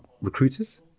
recruiters